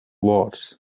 wars